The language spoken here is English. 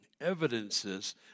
evidences